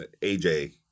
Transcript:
aj